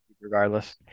regardless